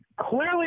Clearly